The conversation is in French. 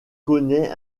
connaît